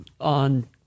on